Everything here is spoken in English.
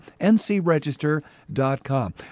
ncregister.com